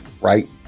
right